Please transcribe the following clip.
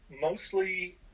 mostly